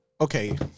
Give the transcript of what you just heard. okay